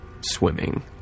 swimming